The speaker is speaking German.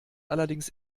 allerdings